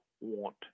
want